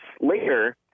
later